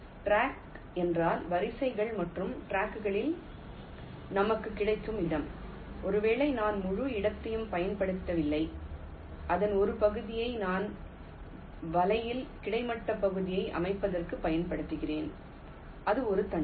track என்றால் வரிசைகள் மற்றும் டிரங்குகளில் நமக்குக் கிடைக்கும் இடம் ஒருவேளை நான் முழு இடத்தையும் பயன்படுத்தவில்லை அதன் ஒரு பகுதியை நான் வலையில் கிடைமட்ட பகுதியை அமைப்பதற்குப் பயன்படுத்துகிறேன் அது ஒரு தண்டு